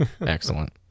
Excellent